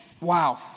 wow